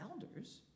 elders